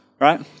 right